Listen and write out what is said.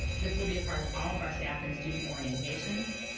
this will be a part of all of our staff and student orientations,